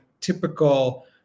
typical